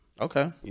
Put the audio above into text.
Okay